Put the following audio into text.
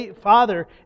father